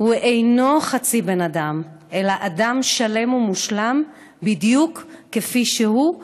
אינו חצי בן אדם אלא אדם שלם ומושלם בדיוק כפי שהוא,